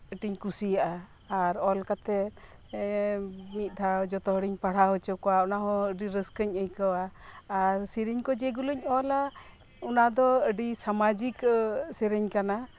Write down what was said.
ᱟᱸᱴᱤᱧ ᱠᱩᱥᱤᱭᱟᱜᱼᱟ ᱟᱨ ᱚᱞ ᱠᱟᱛᱮᱫ ᱢᱤᱫ ᱫᱷᱟᱣ ᱡᱷᱚᱛᱚ ᱦᱚᱲᱤᱧ ᱯᱟᱲᱦᱟᱣ ᱦᱚᱪᱚ ᱠᱚᱣᱟ ᱚᱱᱟ ᱦᱚᱸ ᱟᱰᱤ ᱨᱟᱹᱥᱠᱟᱹᱧ ᱟᱹᱭᱠᱟᱹᱣᱟ ᱟᱨ ᱥᱮᱨᱮᱧ ᱠᱚ ᱡᱮ ᱜᱩᱞᱳᱧ ᱚᱞᱟ ᱚᱱᱟ ᱫᱚ ᱟᱰᱤ ᱥᱟᱢᱟᱡᱤᱠ ᱥᱮᱨᱮᱧ ᱠᱟᱱᱟ